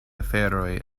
aferoj